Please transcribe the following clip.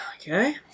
Okay